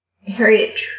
Harriet